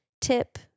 tip